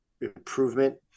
improvement